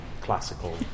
classical